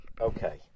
Okay